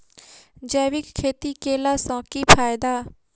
जैविक खेती केला सऽ की फायदा?